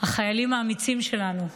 החיילים האמיצים שלנו.